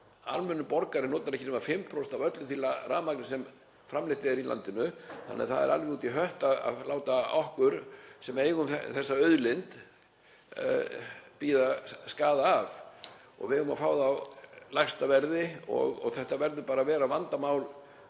Almennur borgari notar ekki nema 5% af öllu því rafmagni sem framleitt er í landinu þannig að það er alveg út í hött að láta okkur sem eigum þessa auðlind bíða skaða af. Við eigum að fá það á lægsta verði og þetta verður bara að vera vandamál